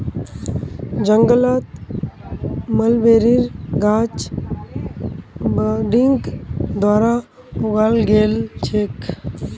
जंगलत मलबेरीर गाछ बडिंग द्वारा उगाल गेल छेक